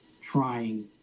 trying